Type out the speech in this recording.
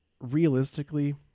realistically